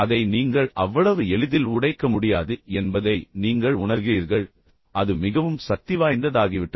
அதை நீங்கள் அவ்வளவு எளிதில் உடைக்க முடியாது என்பதை நீங்கள் உணர்கிறீர்கள் அது மிகவும் சக்திவாய்ந்ததாகிவிட்டது